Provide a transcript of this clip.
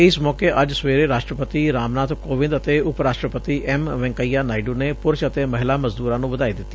ਇਸ ਮੌਕੇ ਅੱਜ ਸਵੇਰੇ ਰਾਸ਼ਟਰਪਤੀ ਰਾਮਨਾਬ ਕੋਵਿੰਦ ਅਤੇ ਉਪ ਰਾਸ਼ਟਰਪਤੀ ਐਮ ਵੈਂਕਈਆ ਨਾਇਡੁ ਨੇ ਪੁਰਸ਼ ਅਤੇ ਮਹਿਲਾ ਮਜ਼ਦੁਰਾਂ ਨੂੰ ਵਧਾਈ ਦਿੱਤੀ